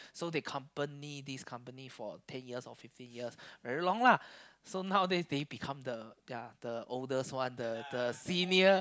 so they accompany this company for ten years or fifteen years very long lah so nowadays they become the their the oldest one the the senior